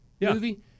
movie